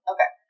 Okay